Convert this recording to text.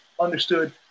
understood